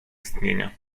istnienia